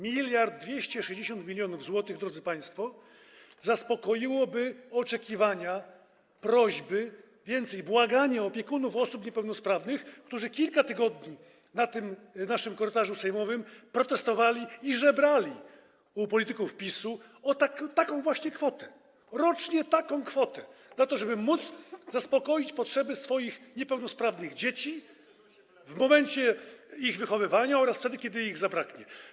1260 mln zł, drodzy państwo, zaspokoiłoby oczekiwania, prośby, więcej, błagania opiekunów osób niepełnosprawnych, którzy kilka tygodni na tym naszym korytarzu sejmowym protestowali i żebrali u polityków PiS-u o taką właśnie kwotę rocznie na to, żeby mogli zaspokoić potrzeby swych niepełnosprawnych dzieci w momencie ich wychowywania oraz wtedy, kiedy ich zabraknie.